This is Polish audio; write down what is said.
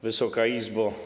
Wysoka Izbo!